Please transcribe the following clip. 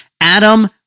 Adam